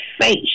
face